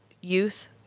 youth